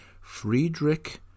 Friedrich